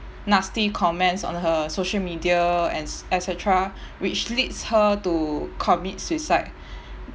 nasty comments on her social media and et cetera which leads her to commit suicide